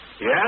Yes